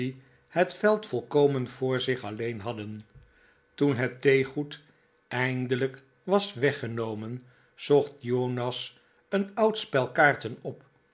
het veld volkomen voor zich alleen hadden toen het theegoed eindelijk was weggenomen zocht jonas een oud spel kaarten op